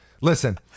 Listen